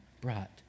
brought